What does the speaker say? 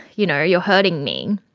you know you're hurting me.